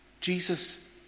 Jesus